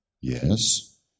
Yes